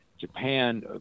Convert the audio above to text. Japan